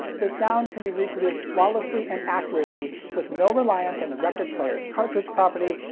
the sound can be reproduced flawlessly and accurately with no reliance on the record player's cartridge properties,